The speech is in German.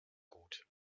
gut